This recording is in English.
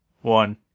one